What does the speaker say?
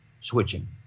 switching